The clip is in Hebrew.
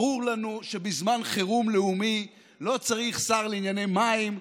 ברור לנו שבזמן חירום לאומי לא צריך שר לענייני מים,